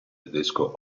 tedesco